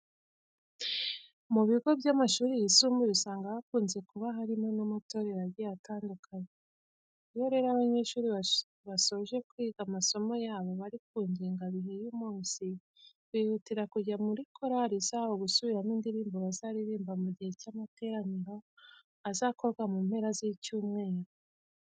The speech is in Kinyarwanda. Mu bigo by'amashuri yisumbuye usanga hakunze kuba harimo n'amatorero agiye atandukanye. Iyo rero abanyeshuri basoje kwiga amasomo yabo aba ari kungengabihe y'umunsi bihutira kujya muri korari zabo gusubiramo indirimbo bazaririmba mu gihe cy'amateraniro azakorwa mu mpera z'icyumweru.